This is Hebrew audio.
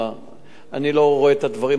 אני לא רואה את הדברים האלה כאפליה.